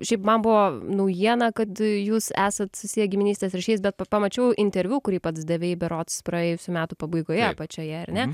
šiaip man buvo naujiena kad jūs esat susiję giminystės ryšiais bet pamačiau interviu kurį pats davei berods praėjusių metų pabaigoje pačioje ar ne